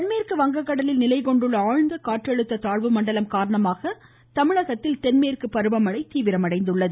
தென்மேற்கு வங்க கடலில் நிலைகொண்டுள்ள ஆழ்ந்த காற்றழுத்த தாழ்வு மண்டலம் காரணமாக தமிழகத்தில் தென்மேற்கு பருவமழை தீவிரமடைந்துள்ளது